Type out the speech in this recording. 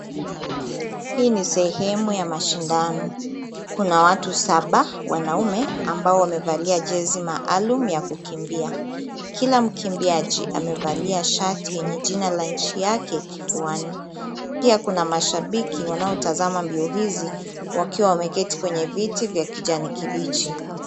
Hii ni sehemu ya mashindano. Kuna watu saba, wanaume ambao wamevalia jezi maalum ya kukimbia. Kila mkimbiaji amevalia shati yenye jina la nchi yake kifuani. Pia kuna mashabiki wanaotazama mbio hizi wakiwa wameketi kwenye viti vya kijani kibichi.